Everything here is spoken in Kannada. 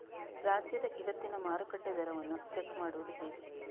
ರಾಜ್ಯದ ಇವತ್ತಿನ ಮಾರುಕಟ್ಟೆ ದರವನ್ನ ಚೆಕ್ ಮಾಡುವುದು ಹೇಗೆ?